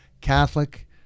catholic